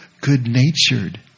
good-natured